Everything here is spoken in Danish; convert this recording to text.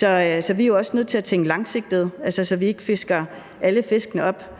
Vi er jo også nødt til at tænke langsigtet, så vi ikke fisker alle fiskene op.